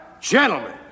gentlemen